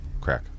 crack